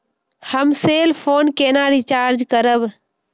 हम cell phone केना recharge करब?